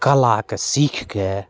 कलाके सीखके